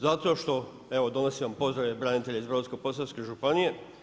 Zato što evo donosim vam pozdrave branitelja iz Brodsko-posavske županije.